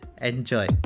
Enjoy